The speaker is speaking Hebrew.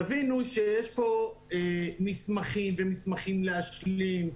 תבינו שיש פה מסמכים ומסמכים להשלים,